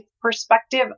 perspective